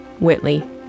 Whitley